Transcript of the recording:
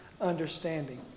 understanding